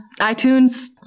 iTunes